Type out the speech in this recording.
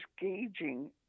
gauging